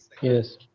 Yes